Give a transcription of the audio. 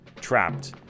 trapped